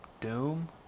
Doom